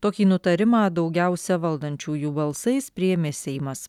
tokį nutarimą daugiausia valdančiųjų balsais priėmė seimas